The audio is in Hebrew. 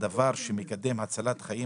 אנחנו בעד הדבר שמקדם הצלת חיים,